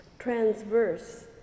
transverse